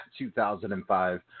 2005